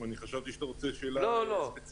חשבתי שאתה רוצה לשאול שאלה ספציפית.